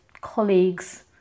colleagues